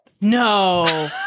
No